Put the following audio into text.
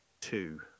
Two